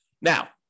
Now